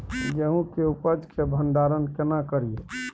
गेहूं के उपज के भंडारन केना करियै?